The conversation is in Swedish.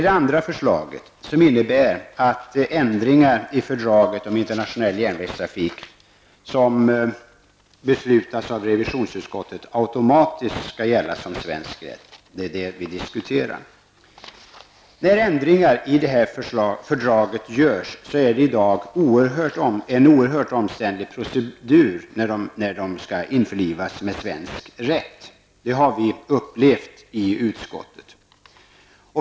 Det andra förslaget innebär att ändringar i fördraget om internationell järnvägstrafik som beslutas av revisionsutskottet automatiskt skall gälla som svensk rätt. Det är detta som vi diskuterar. När ändringar i fördraget görs är det en oerhört omständig procedur när de skall införlivas med svensk rätt -- det har vi upplevt i utskottet.